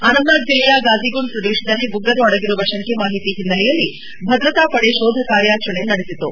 ಅನಂತನಾಗ್ ಜಿಲ್ಲೆಯ ಗಾಝೀಗುಂಡ್ ಪ್ರದೇಶದಲ್ಲಿ ಉಗ್ರರು ಅಡಗಿರುವ ಶಂಕೆ ಮಾಹಿತಿ ಹಿನ್ನೆಲೆಯಲ್ಲಿ ಭದ್ರತಾ ಪಡೆ ಶೋಧ ಕಾರ್ಯಚರಣೆ ನಡೆಸಿತು